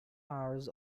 hours